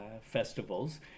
festivals